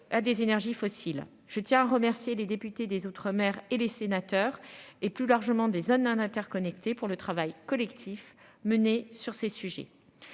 Je tiens à remercier les députés des Outre-mer et les sénateurs et plus largement des zones non interconnectées pour le travail collectif mené sur ces sujets.